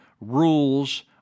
rules